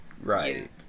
right